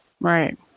Right